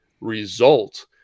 result